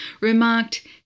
remarked